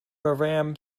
bahram